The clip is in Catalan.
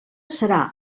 serà